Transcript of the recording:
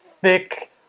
thick